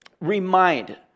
Remind